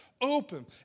open